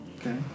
Okay